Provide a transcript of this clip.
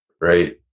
Right